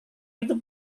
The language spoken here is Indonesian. itu